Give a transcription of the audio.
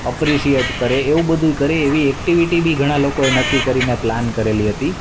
appreciate કરે એવું બધુંય કરે એવી એક્ટિવિટી બી ઘણા લોકોએ નક્કી કરીને પ્લાન કરેલી હતી